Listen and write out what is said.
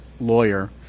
lawyer